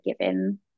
given